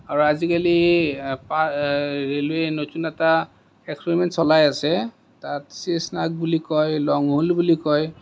আৰু আজিকালি ৰেলৱে নতুন এটা এক্সপেৰিমেন্ট চলাই আছে তাত বুলি কয় লং হল বুলি কয়